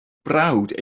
brawd